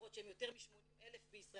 למרות שהם יותר מ-80,000 בישראל,